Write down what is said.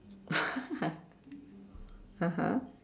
(uh huh)